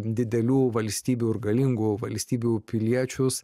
didelių valstybių ir galingų valstybių piliečius